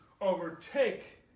overtake